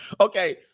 Okay